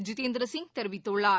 ஜிதேந்திர சிங் தெரிவித்துள்ளார்